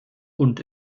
und